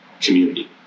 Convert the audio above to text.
community